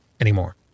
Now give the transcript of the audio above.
anymore